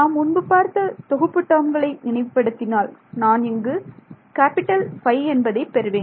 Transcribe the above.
நாம் முன்பு பார்த்த தொகுப்பு டேர்ம்களை நினைவு படுத்தினால் நான் இங்கு கேப்பிட்டல் என்பதை பெறுவேன்